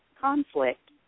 conflict